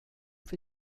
für